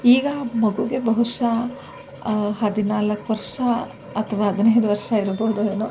ಈಗ ಮಗುಗೆ ಬಹುಶಃ ಹದಿನಾಲ್ಕು ವರ್ಷ ಅಥವಾ ಹದಿನೈದು ವರ್ಷ ಇರ್ಬೋದೋ ಏನೋ